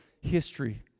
history